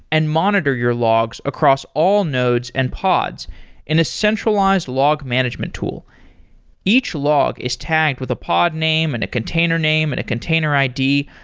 and monitor your logs across all nodes and pods in a centralized log management tool each log is tagged with the pod name, and a container name, and a container id,